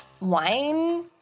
wine